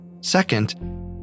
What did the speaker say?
Second